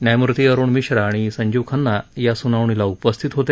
न्यायमूर्ती अरुण मिश्रा आणि संजीव खन्ना या सुनावणीला उपस्थित होते